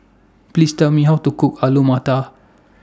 Please Tell Me How to Cook Alu Matar